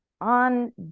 on